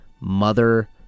mother